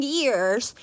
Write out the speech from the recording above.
years